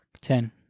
ten